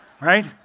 right